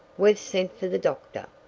we've sent fer the doctor,